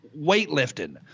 weightlifting